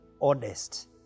honest